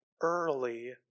early